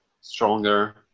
stronger